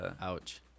Ouch